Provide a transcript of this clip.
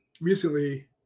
recently